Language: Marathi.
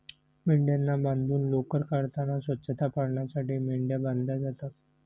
मेंढ्यांना बांधून लोकर काढताना स्वच्छता पाळण्यासाठी मेंढ्या बांधल्या जातात